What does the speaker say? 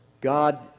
God